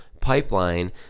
pipeline